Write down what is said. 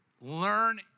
learn